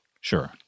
sure